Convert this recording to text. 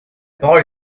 parole